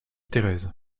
thérèse